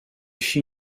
fit